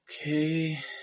Okay